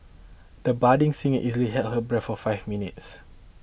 the budding singer easily held her breath for five minutes